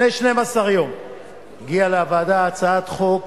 לפני 12 יום הגיעה לוועדה הצעת חוק